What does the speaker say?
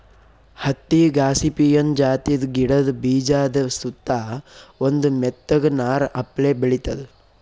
ಹತ್ತಿ ಗಾಸಿಪಿಯನ್ ಜಾತಿದ್ ಗಿಡದ ಬೀಜಾದ ಸುತ್ತಾ ಒಂದ್ ಮೆತ್ತಗ್ ನಾರ್ ಅಪ್ಲೆ ಬೆಳಿತದ್